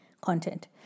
content